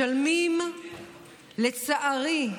משלמים, לצערי,